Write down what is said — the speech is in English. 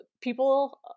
people